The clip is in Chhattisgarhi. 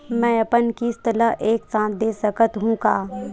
मै अपन किस्त ल एक साथ दे सकत हु का?